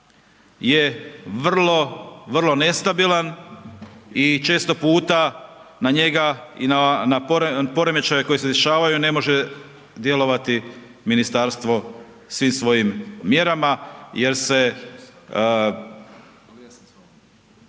vrlo nestabilan i često puta na njega i na poremećaje koji se dešavaju ne može djelovati ministarstvo svim svojim mjerama jer se